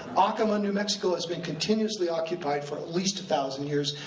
acoma, new mexico has been continuously occupied for at least a thousand years,